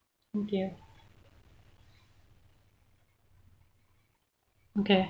thank you okay